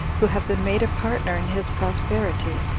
who have been made a partner in his prosperity,